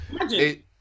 Imagine